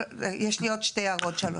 יש לי עוד שתי הערות, שלוש.